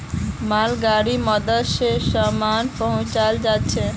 मालगाड़ीर मदद स सामान पहुचाल जाछेक